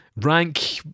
Rank